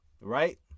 right